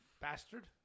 Bastard